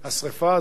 השרפה הזאת,